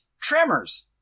Tremors